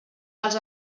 dels